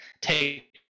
take